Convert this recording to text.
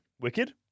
Wicked